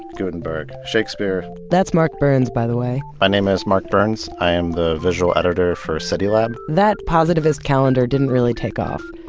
gutenberg, shakespeare that's mark byrnes, by the way my name is mark byrnes. i am the visual editor for citylab that positivist calendar didn't really take off.